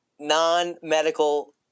non-medical